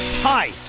Hi